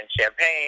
champagne